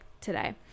today